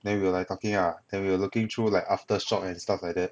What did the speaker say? then we were like talking ah and we were looking through like aftershock and stuff like that